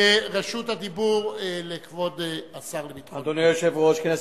רשות הדיבור לכבוד השר לביטחון הפנים.